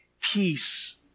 peace